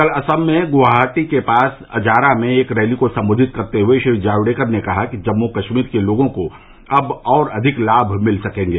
कल असम में गुवाहाटी के पास अजारा में एक रैली को संबोधित करते हुए श्री जावड़ेकर ने कहा कि जम्मू कश्मीर के लोगों को अब और अधिक लाम मिल सकेंगे